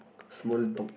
small talk